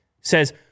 says